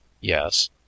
Yes